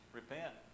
repent